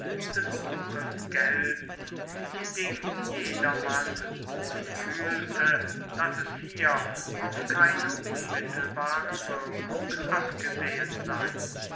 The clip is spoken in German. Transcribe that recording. des buches gelten indem jedermann wohl fühlte daß es hier auf keine unmittelbare wirkung abgesehen sei